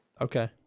Okay